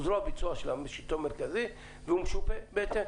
הוא זרוע ביצוע של השלטון המרכזי והוא משופה בהתאם.